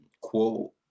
quote